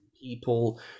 people